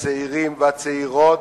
הצעירים והצעירות,